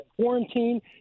quarantine